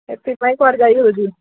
ସେଥିପାଇଁ କୁଆଡ଼େ ଯାଇ ହେଉଛି